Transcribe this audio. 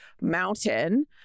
mountain